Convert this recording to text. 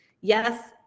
Yes